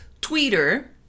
twitter